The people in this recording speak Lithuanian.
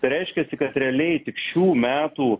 tai reiškiasi kas realiai tik šių metų